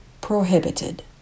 prohibited